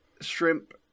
shrimp